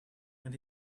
when